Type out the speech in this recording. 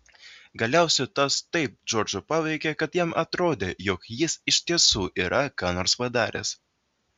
galiausiai tas taip džordžą paveikė kad jam atrodė jog jis iš tiesų yra ką nors padaręs